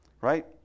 right